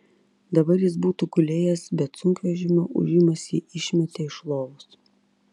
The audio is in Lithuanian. dar jis būtų gulėjęs bet sunkvežimio ūžimas jį išmetė iš lovos